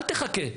אל תחכה.